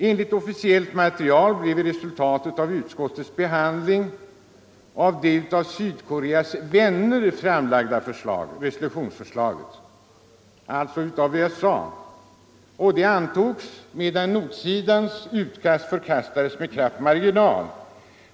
Enligt officiellt material blev resultatet av utskottets behandling att det av Sydkoreas vänner — alltså av USA — framlagda resolutionsförslaget antogs, medan nordsidans utkast förkastades med knapp marginal.